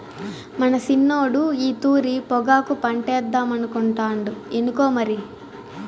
మన సిన్నోడు ఈ తూరి పొగాకు పంటేద్దామనుకుంటాండు ఇనుకో మరి